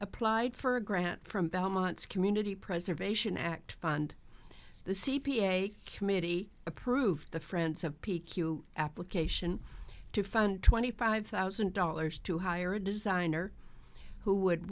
applied for a grant from belmont's community preservation act fund the c p a committee approved the friends of p q application to fund twenty five thousand dollars to hire a designer who would